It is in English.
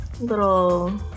Little